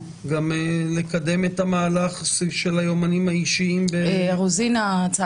גם לקדם את המהלך של היומנים האישיים --- ההצעה